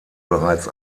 bereits